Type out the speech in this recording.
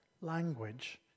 language